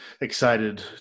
excited